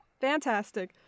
fantastic